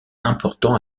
important